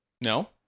No